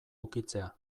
ukitzea